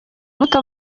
buto